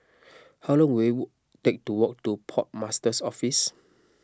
how long will take to walk to Port Master's Office